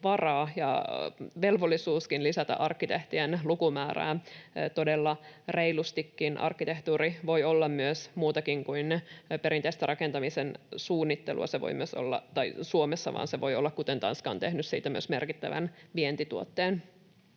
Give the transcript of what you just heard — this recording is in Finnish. varaa ja velvollisuuskin lisätä arkkitehtien lukumäärää todella reilustikin. Arkkitehtuuri voi olla muutakin kuin perinteistä rakentamisen suunnittelua Suomessa, kuten Tanska on tehnyt siitä myös merkittävän vientituotteen.